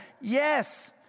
Yes